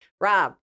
rob